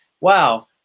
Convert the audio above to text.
wow